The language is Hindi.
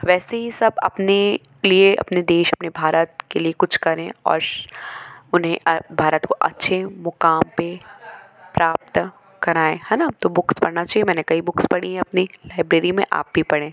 वैसे ही सब अपने लिए अपने देश अपने भारत के लिए कुछ करें और उन्हें भारत को अच्छे मुक़ाम पर प्राप्त कराऍं है ना तो बुक्स पढ़ना चाहिए मैंने कई बुक्स पढ़ी हैं अपनी लाइब्रेरी में आप भी पढ़ें